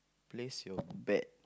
place your bet